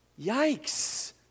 Yikes